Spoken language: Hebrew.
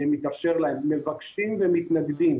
מתאפשר להם, מבקשים ומתנגדים.